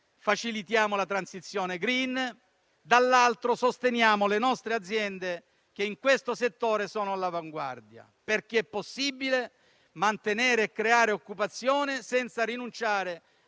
facilitiamo la transizione *green*, dall'altra sosteniamo le nostre aziende che in questo settore sono all'avanguardia, perché è possibile mantenere e creare occupazione senza rinunciare